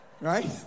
right